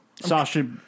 Sasha